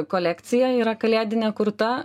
kolekcija yra kalėdinė kurta